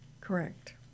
Correct